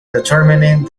determining